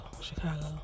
Chicago